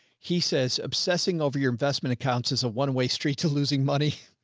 he says, obsessing over your investment accounts is a one way street to losing money.